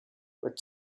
with